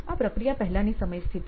આ પ્રક્રિયા પહેલાની સમય સ્થિતિ છે